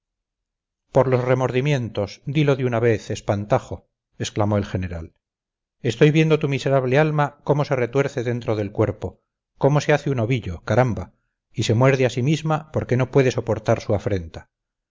por los remordimientos dilo de una vez espantajo exclamó el general estoy viendo tu miserable alma cómo se retuerce dentro del cuerpo cómo se hace un ovillo caramba y se muerde a sí misma porque no puede soportar su afrenta